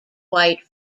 white